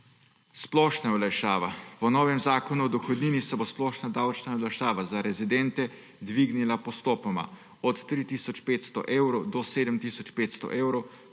Splošna olajšava. Po novem Zakonu o dohodnini se o splošna davčna olajšava za rezidente dvignila postopoma od 3 tisoč 500 evrov